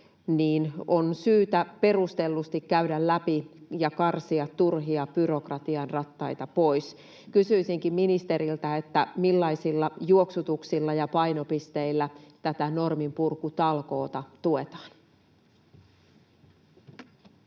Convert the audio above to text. on syytä perustellusti käydä läpi ja karsia turhia byrokratian rattaita pois. Kysyisinkin ministeriltä: millaisilla juoksutuksilla ja painopisteillä tätä norminpurkutalkoota tuetaan?